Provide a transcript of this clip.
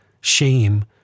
shame